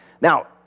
Now